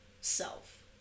self